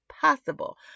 possible